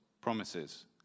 promises